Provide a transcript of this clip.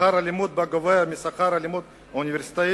ששכר הלימוד בה גבוה משכר הלימוד באוניברסיטה,